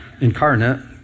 incarnate